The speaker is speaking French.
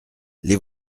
les